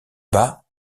bas